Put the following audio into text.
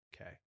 okay